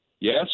yes